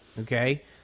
Okay